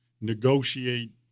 negotiate